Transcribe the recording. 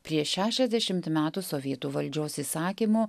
prieš šešiasdešimt metų sovietų valdžios įsakymu